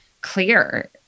clear